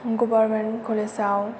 government कलेजआव